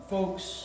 Folks